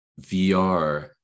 vr